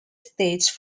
stage